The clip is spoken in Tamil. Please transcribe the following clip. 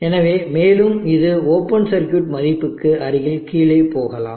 எனவே மேலும் இது ஓபன் சர்க்யூட் மதிப்புக்கு அருகில் கீழே போகலாம்